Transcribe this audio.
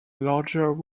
larger